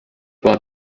war